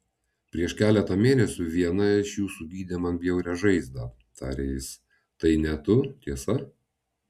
prieš keletą mėnesių viena iš jūsų gydė man bjaurią žaizdą tarė jis tai ne tu tiesa